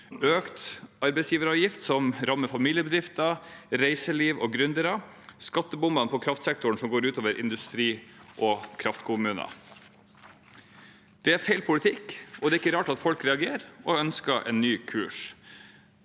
økt arbeidsgiveravgift, som rammer familiebedrifter, reiseliv og gründere, og det er skattebomber på kraftsektoren, som går ut over industri og kraftkommuner. Det er feil politikk, og det er ikke rart at folk reagerer og ønsker en ny kurs.